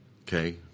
Okay